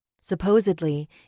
Supposedly